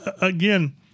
again